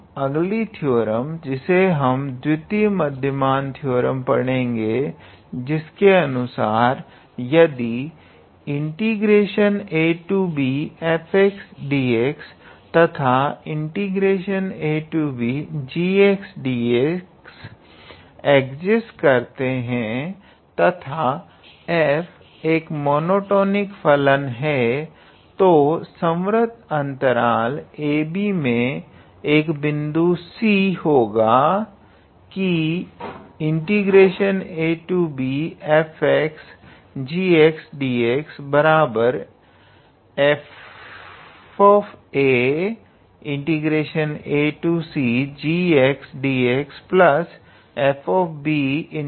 अगली थ्योरम जिसे हम द्वितीय मध्यमान थ्योरम पढ़ेंगे जिसके अनुसार यदि abfdx तथा abgdx इग्जिस्ट करते हैं तथा f एक मोनोटोनिक फलन है तो संवर्त अंतराल ab मे एक बिंदु c होगा कि abfgdx fa acgxdxf cbgdx